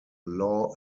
law